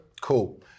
Cool